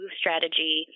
strategy